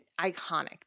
iconic